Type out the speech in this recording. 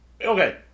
Okay